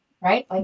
right